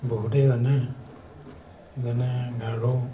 বহুতে জানে যেনে গাৰো